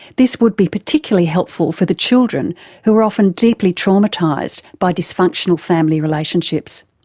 this would be particularly helpful for the children who are often deeply traumatised by dysfunctional family relationships.